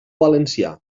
valencià